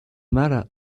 mara